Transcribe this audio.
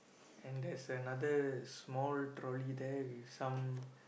and there's another small trolley there with some